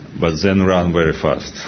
but then run very fast.